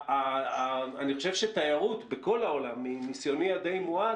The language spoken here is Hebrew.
אני חושב שתיירות בכל הועלם, מניסיוני המועט,